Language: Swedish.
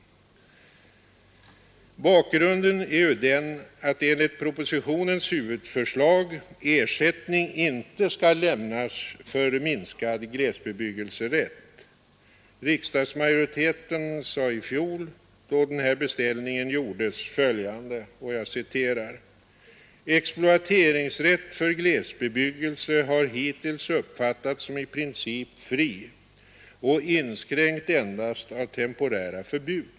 Bakgrunden är ju den att enligt propositionens huvudförslag ersättning inte skall lämnas för minskad glesbebyggelserätt. Riksdagsmajoriteten sade i fjol — då den här beställningen gjordes — följande: ”>—— exploateringsrätt för glesbebyggelse har hittills uppfattats som i princip fri och inskränkt endast av temporära förbud.